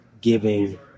giving